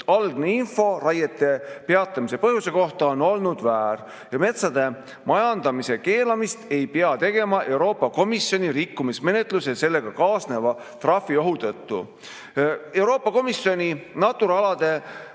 algne info raiete peatamise põhjuse kohta on olnud väär. Metsade majandamise keelamist ei pea tegema Euroopa Komisjoni rikkumismenetluse ja sellega kaasneva trahviohu tõttu. Euroopa Komisjoni Natura alade